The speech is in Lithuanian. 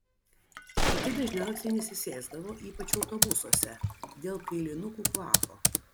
kiti dažniausiai nesisėsdavo ypač autobusuose dėl kailinukų kvapo